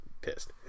pissed